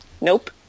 Nope